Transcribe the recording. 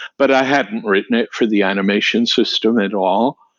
but i hadn't written it for the animation system at all.